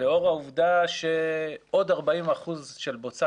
לאור העובדה שעוד 40 אחוזים של בוצה